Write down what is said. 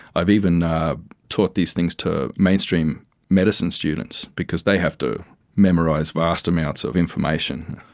i've even taught these things to mainstream medicine students because they have to memorise vast amounts of information,